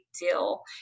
deal